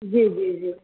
جی جی جی